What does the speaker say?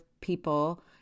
people